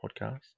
podcast